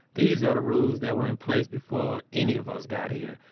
these are the rules that were in place before any of us got here.